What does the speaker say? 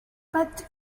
but